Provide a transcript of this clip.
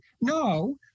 no